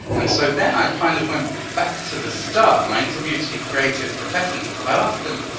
and so then i kind of went back to the start and i interviewed some creative professionals. i asked them,